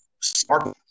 sparkle